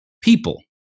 people